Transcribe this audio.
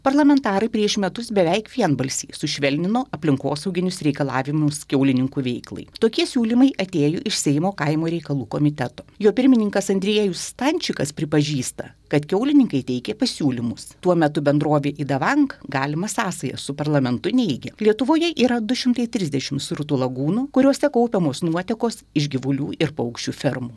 parlamentarai prieš metus beveik vienbalsiai sušvelnino aplinkosauginius reikalavimus kiaulininkų veiklai tokie siūlymai atėjo iš seimo kaimo reikalų komiteto jo pirmininkas andriejus stančikas pripažįsta kad kiaulininkai teikė pasiūlymus tuo metu bendrovė idavank galimą sąsają su parlamentu neigia lietuvoje yra du šimtai trisdešimt srutų lagūnų kuriose kaupiamos nuotekos iš gyvulių ir paukščių fermų